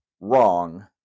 wrong